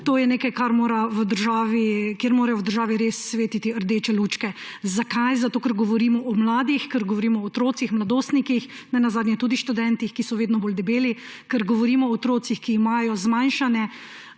je nekaj, kjer morajo v državi res svetiti rdeče lučke. Zakaj? Zato ker govorimo o mladih, ker govorimo o otrocih, mladostnikih, nenazadnje tudi študentih, ki so vedno bolj debeli, ker govorimo o otrocih, ki imajo zmanjšane